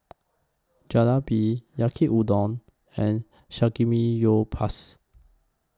Jalebi Yaki Udon and Samgyeopsal